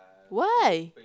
why